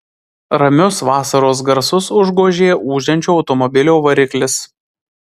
ramius vasaros garsus užgožė ūžiančio automobilio variklis